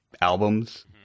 albums